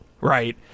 right